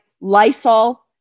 Lysol